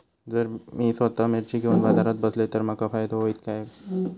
जर मी स्वतः मिर्ची घेवून बाजारात बसलय तर माका फायदो होयत काय?